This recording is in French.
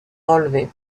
relevées